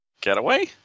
Getaway